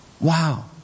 Wow